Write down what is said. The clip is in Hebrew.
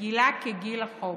גילה כגיל החוק,